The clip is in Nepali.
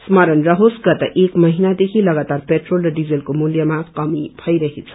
स्मरण रहोस गत एक महिनादेखि लगातार पेट्रोल र डीजेलको मूल्यमा कमि भैरहेछ